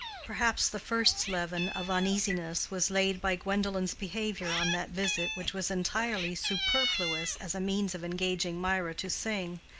perhaps the first leaven of uneasiness was laid by gwendolen's behavior on that visit which was entirely superfluous as a means of engaging mirah to sing,